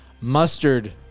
mustard